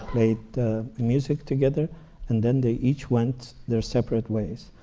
played music together and then they each went their separate ways.